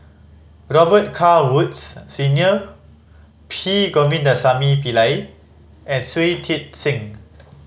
Robet Carr Woods Senior P Govindasamy Pillai and Shui Tit Sing